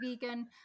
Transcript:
vegan